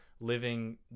living